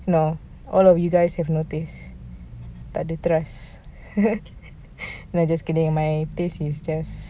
no all of your guys have no taste takde trust just kidding my taste is just